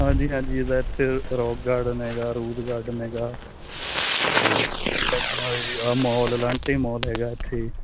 ਹਾਂਜੀ ਹਾਂਜੀ ਐਥੇ ਰੋਕ ਗਾਰਡਨ ਹੈਗਾ ਰੋਜ ਗਾਰਡਨ ਹੈਗਾ ਤੇ ਇਹ ਮੋਲ ਐਲਾਂਟੇ ਮੋਲ ਹੈਗਾ ਇਥੇ